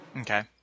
Okay